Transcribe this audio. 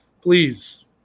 please